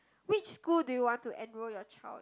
which school do you want to enroll your child in